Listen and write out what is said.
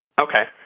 Okay